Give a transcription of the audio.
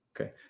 Okay